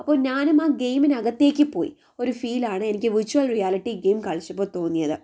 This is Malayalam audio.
അപ്പോൾ ഞാനും ആ ഗെയിമിനകത്തേക്ക് പോയി ഒരു ഫീലാണ് എനിക്ക് വിർച്വൽ റിയാലിറ്റി ഗെയിം കളിച്ചപ്പോൾ തോന്നിയത്